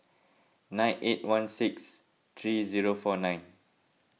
nine eight one six three zero four nine